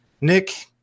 Nick